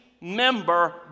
member